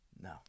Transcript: No